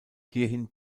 hierhin